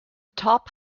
top